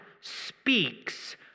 speaks